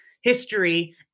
history